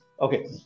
Okay